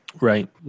Right